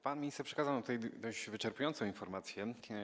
Pan minister przekazał nam tutaj dość wyczerpującą informację.